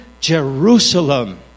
Jerusalem